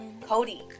Cody